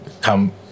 come